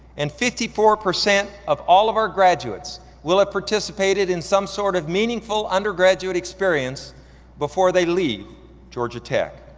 and fifty four percent of all of our graduates will have participated in some sort of meaningful undergraduate experience before they leave georgia tech.